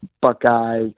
Buckeye